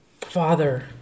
Father